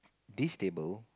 this table